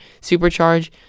supercharge